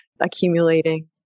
accumulating